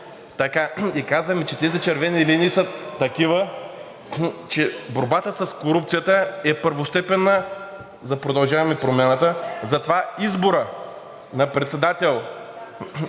и казваме, че тези червени линии са такива, че борбата с корупцията е първостепенна за „Продължаваме Промяната“ и затова изборът на председател